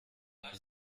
eine